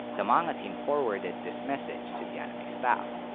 the manga team forwarded this message to the anime staff.